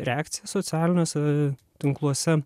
reakciją socialiniuose tinkluose